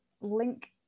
link